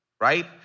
right